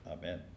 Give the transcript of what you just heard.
amen